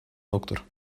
доктор